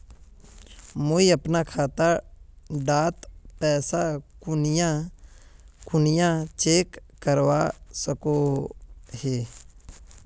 मुई अपना खाता डात पैसा कुनियाँ कुनियाँ चेक करवा सकोहो ही?